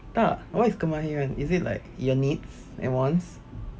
tak what is kemahiran is it like you needs and wants